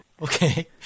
Okay